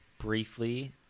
briefly